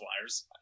Flyers